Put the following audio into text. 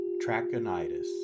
Trachonitis